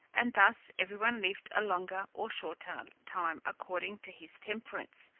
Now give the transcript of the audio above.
and thus every one lived a longer or shorter time, according to his temperance,